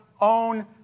own